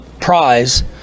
prize